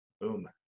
Boom